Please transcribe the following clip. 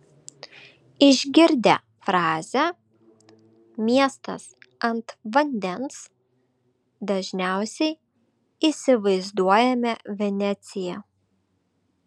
išgirdę frazę miestas ant vandens dažniausiai įsivaizduojame veneciją